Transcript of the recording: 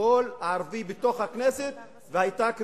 קול ערבי בתוך הכנסת, ונשמעו קריאות: